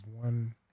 One